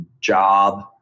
job